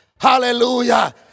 Hallelujah